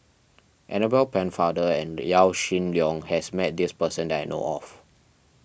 Annabel Pennefather and Yaw Shin Leong has met this person that I know of